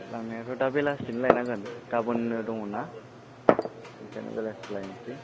लांनायाथ' दा बेलासिनो लायनांगोन गाबोननो दङना नोंसोरो बेलासि लायनोसै